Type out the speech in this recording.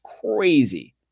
crazy